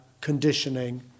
conditioning